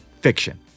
fiction